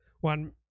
one